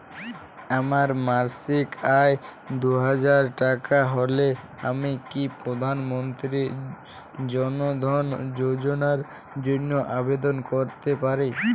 আমার মাসিক আয় দুহাজার টাকা হলে আমি কি প্রধান মন্ত্রী জন ধন যোজনার জন্য আবেদন করতে পারি?